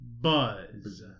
buzz